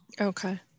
Okay